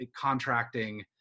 contracting